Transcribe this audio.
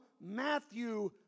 Matthew